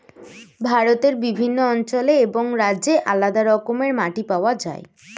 ভারতের বিভিন্ন অঞ্চলে এবং রাজ্যে আলাদা রকমের মাটি পাওয়া যায়